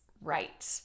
right